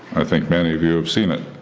i think many of you have seen it